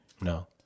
No